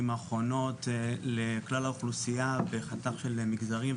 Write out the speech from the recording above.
האחרונות לכלל האוכלוסייה וחתך של מגזרים,